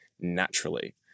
naturally